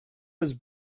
was